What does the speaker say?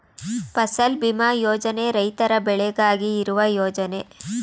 ಫಸಲ್ ಭೀಮಾ ಯೋಜನೆ ರೈತರ ಬೆಳೆಗಾಗಿ ಇರುವ ಯೋಜನೆ